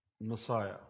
Messiah